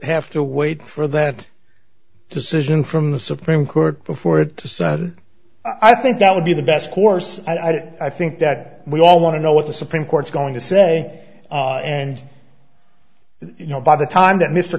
have to wait for that decision from the supreme court before it i think that would be the best course i think that we all want to know what the supreme court's going to say and you know by the time that mr